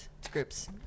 scripts